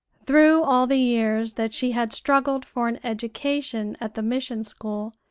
through all the years that she had struggled for an education at the mission-school,